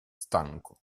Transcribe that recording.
stanco